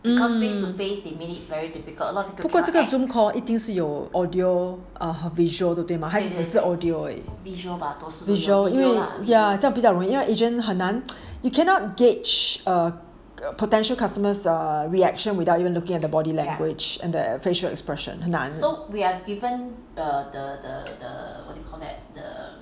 不过这个 Zoom call 一定是有 audio err visual 对吗还是只是 audio 而已 visual 因为 yeah 这比较容易因为 agent 很难 you cannot gauge err potential customer 的 reaction without even looking at the body language and the facial expression 很难的